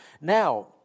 now